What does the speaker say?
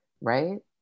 right